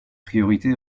priorité